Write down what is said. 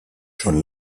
schon